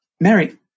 Mary